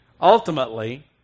ultimately